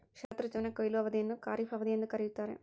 ಶರತ್ ಋತುವಿನ ಕೊಯ್ಲು ಅವಧಿಯನ್ನು ಖಾರಿಫ್ ಅವಧಿ ಎಂದು ಕರೆಯುತ್ತಾರೆ